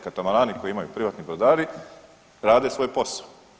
Katamarani koje imaju privatni brodari rade svoj posao.